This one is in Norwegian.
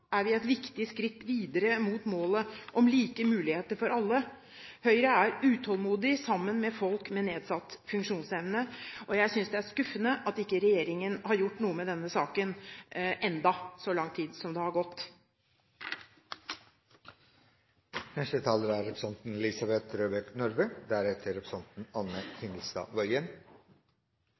er vi et viktig skritt videre mot målet om like muligheter for alle. Høyre er utålmodig, sammen med folk med nedsatt funksjonsevne, og jeg synes det er skuffende at ikke regjeringen har gjort noe med denne saken ennå – så lang tid som det har gått. Pasientene er